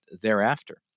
thereafter